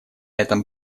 этом